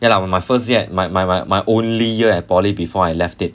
ya lah when my first year my my my my only year at poly before I left it